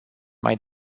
mai